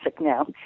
now